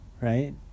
Right